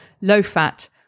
low-fat